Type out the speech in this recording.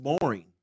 boring